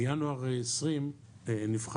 בינואר 2020 נבחרתי